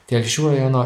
telšių rajono